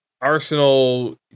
Arsenal